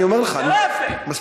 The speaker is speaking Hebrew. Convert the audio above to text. אני אומר לך, מספיק.